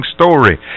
story